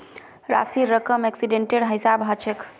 राशिर रकम एक्सीडेंटेर हिसाबे हछेक